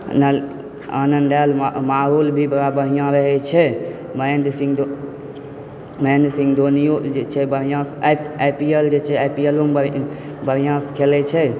आनन्द आयल माहौल भी बड़ बढ़िआँ रहै छै महेन्द्र सिंह महेन्द्र सिंह धोनियो जे छै बढ़िआँ आई पी एल जे छै आईपीएलोमे बढ़िआँ बढ़िआँसँ खेलै छै